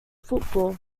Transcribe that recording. football